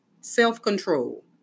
self-control